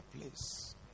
place